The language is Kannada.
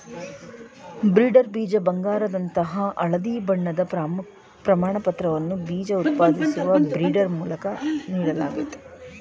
ಬ್ರೀಡರ್ ಬೀಜ ಬಂಗಾರದಂತಹ ಹಳದಿ ಬಣ್ಣದ ಪ್ರಮಾಣಪತ್ರವನ್ನ ಬೀಜ ಉತ್ಪಾದಿಸುವ ಬ್ರೀಡರ್ ಮೂಲಕ ನೀಡಲಾಗ್ತದೆ